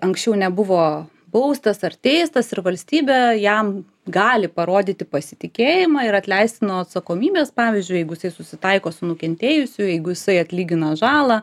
anksčiau nebuvo baustas ar teistas ir valstybė jam gali parodyti pasitikėjimą ir atleisti nuo atsakomybės pavyzdžiui jeigu jisai susitaiko su nukentėjusiu jeigu jisai atlygina žalą